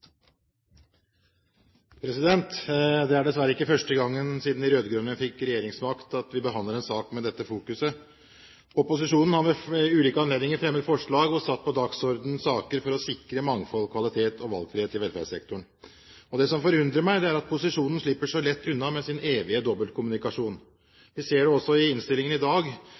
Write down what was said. til. Det er dessverre ikke første gang siden de rød-grønne fikk regjeringsmakt vi behandler en sak med dette fokus. Opposisjonen har ved ulike anledninger fremmet forslag og satt på dagsordenen saker for å sikre mangfold, kvalitet og valgfrihet i velferdssektoren. Det som forundrer meg, er at posisjonen slipper så lett unna med sin evige dobbeltkommunikasjon. Vi ser det også i innstillingen i dag.